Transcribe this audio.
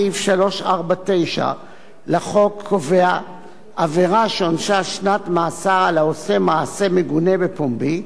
סעיף 349 לחוק קובע עבירה שעונשה שנת מאסר על העושה מעשה מגונה בפומבי.